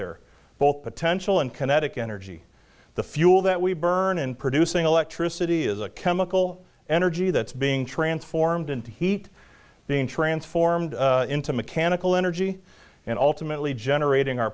there both potential and kinetic energy the fuel that we burn in producing electricity is a chemical energy that's being transformed into heat being transformed into mechanical energy and ultimately generating our